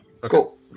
Cool